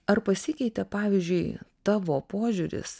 ar pasikeitė pavyzdžiui tavo požiūris